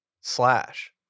slash